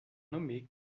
nommé